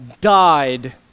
died